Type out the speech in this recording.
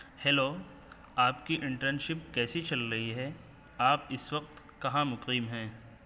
hello آپ کی internship کیسی چل رہی ہے آپ اس وقت کہاں مقیم ہیں